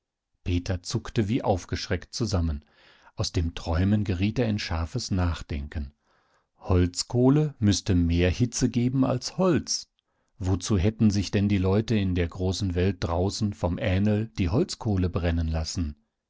peter zuckte wie aufgeschreckt zusammen aus dem träumen geriet er in scharfes nachdenken holzkohle müßte mehr hitze geben als holz wozu hätten sich denn die leute in der großen welt draußen vom ähnl die holzkohle brennen lassen